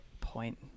point